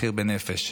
מחיר בנפש.